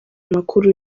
amakuru